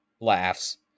laughs